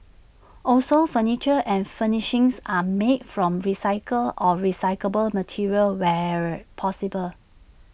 also furniture and furnishings are made from recycled or recyclable materials where possible